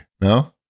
No